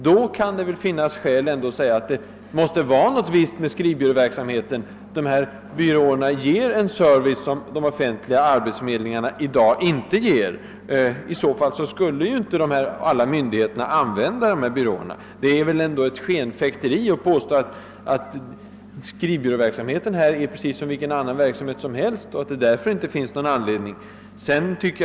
Då kan det väl ändå finnas skäl att säga att det måste vara något visst med skrivbyråverksamheten. Dessa byråer ger en service som de offentliga arbetsförmedlingarna inte ger; i annat fall skulle inte alla dessa myndigheter anlita byråerna. Det är väl ändå en skenfäktning att påstå, att skrivbyråverksamheten är precis som vilken annan verksamhet som helst, och att det därför inte finns någon anledning att göra ett undantag.